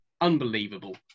unbelievable